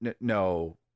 No